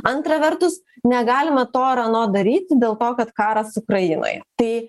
antra vertus negalima to ar ano daryti dėl to kad karas ukrainoj tai